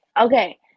okay